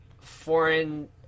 foreign